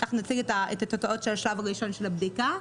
אנחנו נציג את התוצאות של השלב הראשון של הבדיקה,